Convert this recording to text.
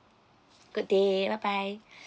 good day bye bye